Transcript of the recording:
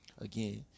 again